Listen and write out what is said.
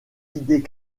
idées